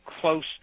close